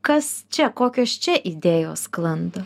kas čia kokios čia idėjos sklando